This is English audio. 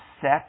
set